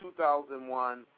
2001